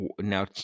Now